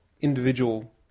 individual